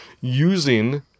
using